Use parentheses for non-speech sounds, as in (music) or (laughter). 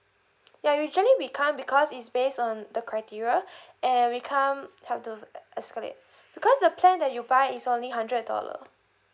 ya usually we can't because it's based on the criteria (breath) and we can't help to escalate because the plan that you buy is only hundred dollar